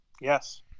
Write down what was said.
Yes